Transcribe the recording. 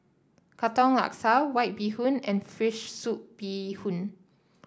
Katong Laksa White Bee Hoon and fish soup Bee Hoon